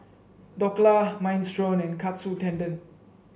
Dhokla Minestrone and Katsu Tendon